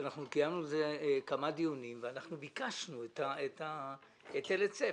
אנחנו קיימנו על כך כמה דיונים ואנחנו ביקשנו את היטל ההיצף,